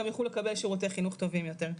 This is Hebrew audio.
גם יוכלו לקבל שירותי חינוך טובים יותר.